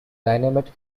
dynamite